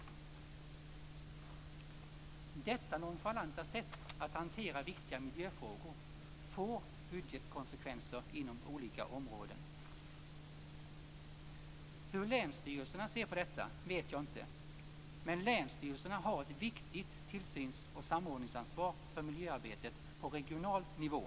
Detta nonchalanta sätt att hantera viktiga miljöfrågor får budgetkonsekvenser inom olika områden. Hur länsstyrelserna ser på detta vet jag inte, men länsstyrelserna har ett viktigt tillsyns och samordningsansvar för miljöarbetet på regional nivå.